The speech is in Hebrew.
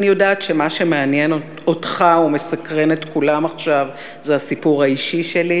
אני יודעת שמה שמעניין אותך ומסקרן את כולם עכשיו זה הסיפור האישי שלי,